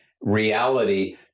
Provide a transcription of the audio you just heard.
reality